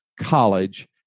college